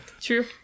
True